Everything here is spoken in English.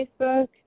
Facebook